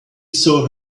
saw